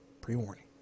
pre-warning